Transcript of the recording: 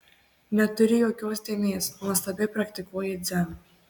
neturi jokios dėmės nuostabiai praktikuoji dzen